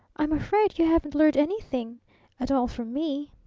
i'm afraid you haven't learned anything at all from me!